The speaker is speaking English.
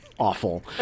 Awful